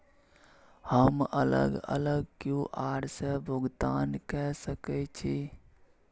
हम अलग अलग क्यू.आर से भुगतान कय सके छि?